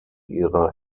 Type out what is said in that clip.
ihrer